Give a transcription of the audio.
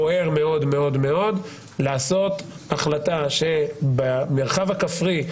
בוער מאוד לעשות החלטה שבמרחב הכפרי,